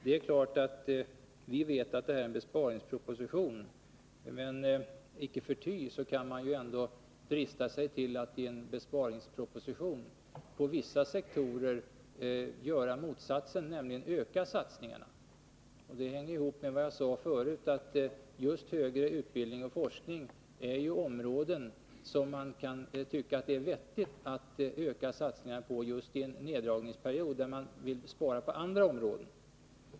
Det är klart att vi vet att det är en besparingsproposition som riksdagen har att behandla, men icke förty kan man ändå drista sig till att i det sammanhanget på vissa sektorer göra motsatsen, nämligen öka satsningarna. Det hänger ihop med vad jag sade förut, att just högre utbildning och forskning är områden som man kan tycka att det är vettigt att öka satsningarna på i en neddragningsperiod, när man vill spara på andra områden.